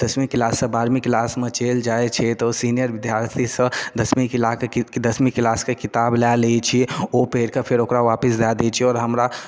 दसमी क्लाससँ बारहमी क्लासमे चलि जाइ छै तऽ ओ सीनियर विद्यार्थीसँ दसमी क्लास कि दसमी क्लासके किताब लए लै छियै ओ पढ़िकऽ ओकरा फेर वापिस दए दै छियै आओर हमरा